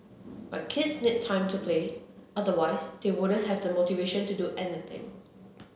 but kids need time to play otherwise they wouldn't have the motivation to do anything